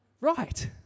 right